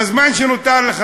בזמן שנותר לי,